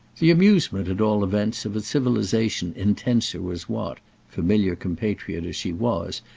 the amusement, at all events, of a civilisation intenser was what familiar compatriot as she was,